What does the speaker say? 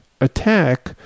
attack